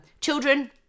Children